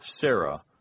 Sarah